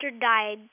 died